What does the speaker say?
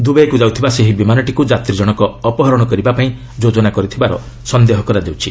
ଦୂର୍ବାଇକୃ ଯାଉଥିବା ସେହି ବିମାନଟିକ୍ ଯାତୀଜଣକ ଅପହରଣ କରିବାପାଇଁ ଯୋଜନା କରିଥବାର ସନ୍ଦେହ କରାଯାଉଛି